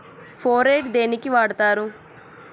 Phorate దేనికి వాడుతరు?